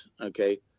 okay